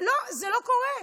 זה לא קורה.